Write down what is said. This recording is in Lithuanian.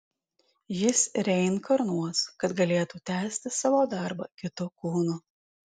jis reinkarnuos kad galėtų tęsti savo darbą kitu kūnu